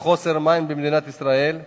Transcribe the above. בשל חוסר מים במדינת ישראל בזמן.